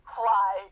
fly